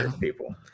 people